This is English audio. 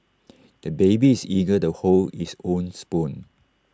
the baby is eager to hold his own spoon